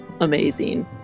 amazing